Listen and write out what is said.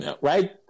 right